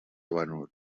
venut